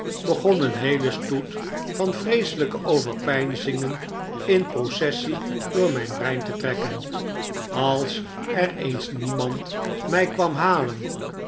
begon een heele stoet van vreeselijke overpeinzingen in processie door mijn brein te trekken als er eens niemand mij kwam halen